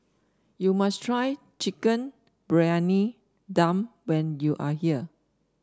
you must try Chicken Briyani Dum when you are here